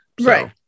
right